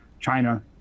China